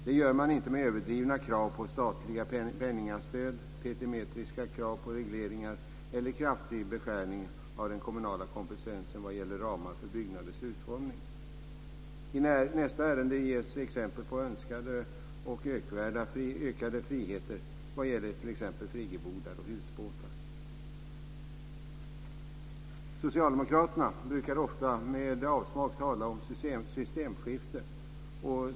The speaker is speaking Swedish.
Det gör man inte med överdrivna krav på statliga pengastöd, petimätriska krav på regleringar eller kraftig beskärning av den kommunala kompetensen vad gäller ramar för byggnaders utformning. I nästa ärende ges exempel på en önskvärd ökad frihet vad gäller bl.a. friggebodar och husbåtar. Socialdemokraterna brukar ofta med avsmak tala om "systemskifte".